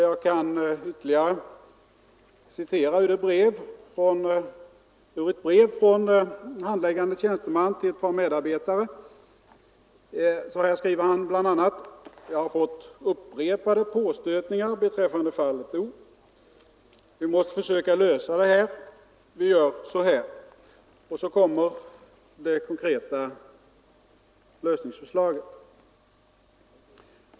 Jag kan ytterligare citera ur ett brev från handläggande tjänsteman till ett par medarbetare. Han skriver bl.a.: ”Jag har fått upprepade påstötningar betr. fallet O— —— Vi måste försöka lösa det. Vi gör så här: Och så kommer det konkreta lösningsförslaget.